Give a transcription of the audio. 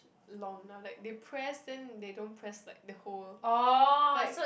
longer like they press then they don't press like the whole like